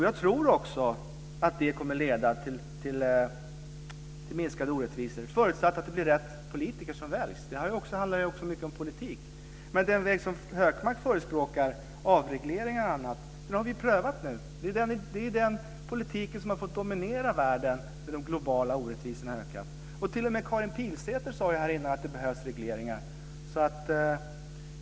Jag tror också att det kommer att leda till minskade orättvisor, förutsatt att det blir rätt politiker som väljs. Det handlar också mycket om politik. Men den väg som Hökmark förespråkar, avregleringar och annat, har vi prövat. Det är den politik som har fått dominera världen när de globala orättvisorna har ökat. T.o.m. Karin Pilsäter sade förut att det behövs regleringar.